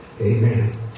Amen